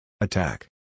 Attack